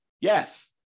Yes